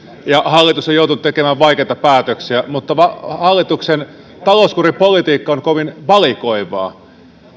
ja hallitus on joutunut tekemään vaikeita päätöksiä mutta hallituksen talouskuripolitiikka on kovin valikoivaa